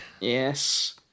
Yes